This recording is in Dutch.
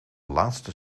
laatste